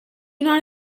not